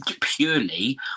purely